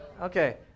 Okay